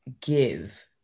give